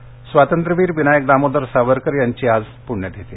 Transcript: सावरकर स्वातंत्र्यवीर विनायमक दामोदर सावरकर यांची आज प्ण्यतिथी